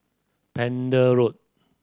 Pender Road